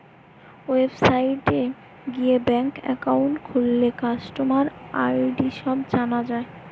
ওয়েবসাইটে গিয়ে bank account খুললে কাস্টমার আই.ডি সব জানা যায়